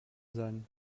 sein